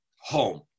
home